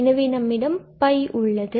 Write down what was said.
எனவே நம்மிடம் உள்ளது